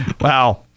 Wow